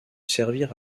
servir